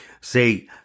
Say